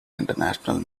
international